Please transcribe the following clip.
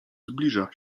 zbliża